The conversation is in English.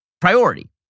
priority